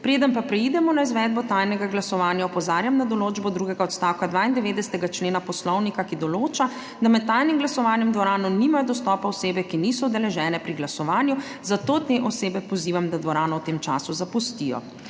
Preden pa preidemo na izvedbo tajnega glasovanja, opozarjam na določbo drugega odstavka 92. člena Poslovnika, ki določa, da med tajnim glasovanjem v dvorano nimajo dostopa osebe, ki niso udeležene pri glasovanju, zato te osebe pozivam, da dvorano v tem času zapustijo.